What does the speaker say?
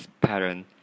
pattern